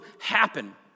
happen